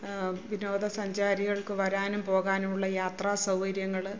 വിനോദ സഞ്ചാരികൾക്ക് വരാനും പോകാനുമുള്ള യാത്രാ സൗകര്യങ്ങള്